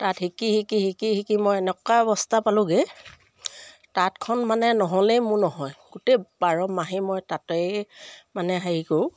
তাঁত শিকি শিকি শিকি শিকি মই এনেকুৱা অৱস্থা পালোঁগৈ তাঁতখন মানে নহ'লেই মোৰ নহয় গোটেই বাৰ মাহেই মই তাঁতে মানে হেৰি কৰোঁ